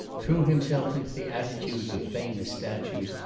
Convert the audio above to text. threw himself into the attitudes of famous statues,